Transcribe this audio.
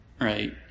right